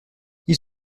ils